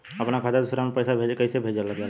अपना खाता से दूसरा में पैसा कईसे भेजल जाला?